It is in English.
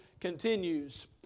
continues